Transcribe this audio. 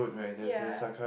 ya